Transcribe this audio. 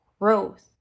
growth